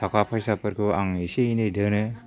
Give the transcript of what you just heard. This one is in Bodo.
थाखा फैसाफोरखौ आं एसे एनै दोनो